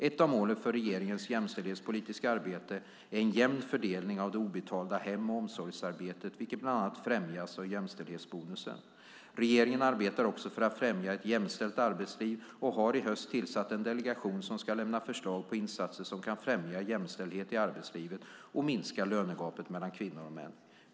Ett av målen för regeringens jämställdhetspolitiska arbete är en jämn fördelning av det obetalda hem och omsorgsarbetet, vilket bland annat främjas av jämställdhetsbonusen. Regeringen arbetar också för att främja ett jämställt arbetsliv och har i höst tillsatt en delegation som ska lämna förslag om insatser som kan främja jämställdhet i arbetslivet och minska lönegapet mellan kvinnor och män.